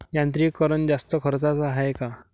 यांत्रिकीकरण जास्त खर्चाचं हाये का?